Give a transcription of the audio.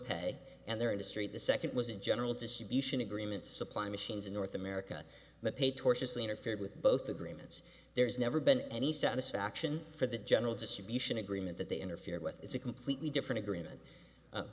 pay and there industry the second was in general distribution agreements supply machines in north america the pay tortious interference with both agreements there's never been any satisfaction for the general distribution agreement that they interfere with it's a completely different agreement